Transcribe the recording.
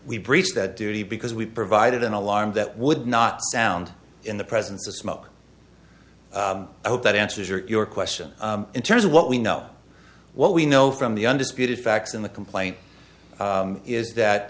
we breached that duty because we provided an alarm that would not sound in the presence of smoke i hope that answers your question in terms of what we know what we know from the undisputed facts in the complaint is that